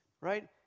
right